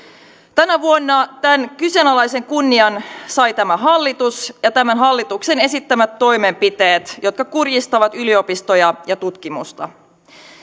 tänä vuonna tämän kyseenalaisen kunnian sai tämä hallitus ja tämän hallituksen esittämät toimenpiteet jotka kurjistavat yliopistoja ja tutkimusta